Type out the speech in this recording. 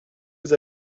vous